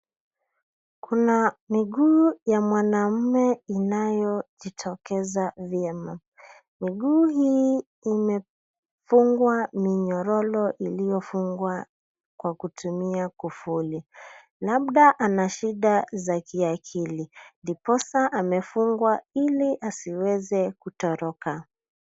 Kuna miguu ya mwanaume inayotokeza vyema. Miguu hii imefungwa minyororo iliyofungwa kwa kutumia kufuli. Labda ana shida za kiakili ndiposa amefungwa ili asiweze kutoroka.